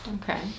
Okay